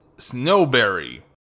Snowberry